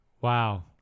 Wow